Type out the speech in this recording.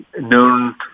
known